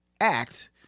act